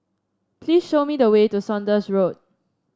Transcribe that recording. please show me the way to Saunders Road